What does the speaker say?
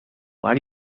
why